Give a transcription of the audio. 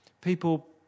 people